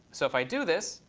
so if i do this,